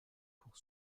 pour